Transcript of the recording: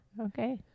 Okay